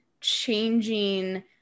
changing